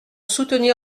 soutenir